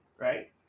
right